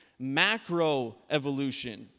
macroevolution